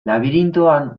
labirintoan